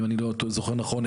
אם אני לא טועה ואני זוכר נכון,